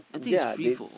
ya they